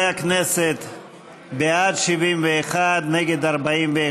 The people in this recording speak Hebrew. בעד, 71, נגד, 41,